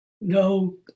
no